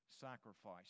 sacrifice